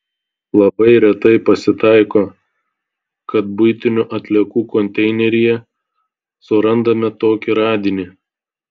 labai retai pasitaiko kad buitinių atliekų konteineryje surandame tokį radinį